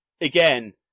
again